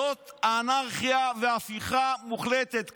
זאת אנרכיה, הפיכה מוחלטת.